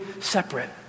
separate